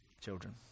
children